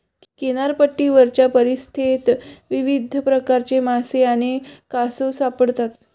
किनारपट्टीवरच्या परिसंस्थेत विविध प्रकारचे मासे आणि कासव सापडतात